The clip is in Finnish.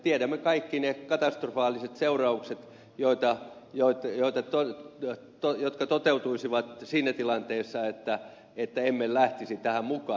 tiedämme kaikki ne katastrofaaliset seuraukset jotka toteutuisivat siinä tilanteessa että emme lähtisi tähän mukaan